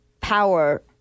power